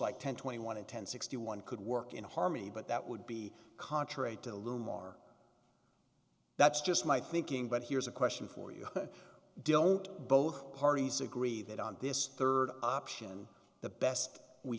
like ten twenty one and ten sixty one could work in harmony but that would be contrary to the loom or that's just my thinking but here's a question for you dilute both parties agree that on this third option the best we